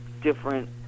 different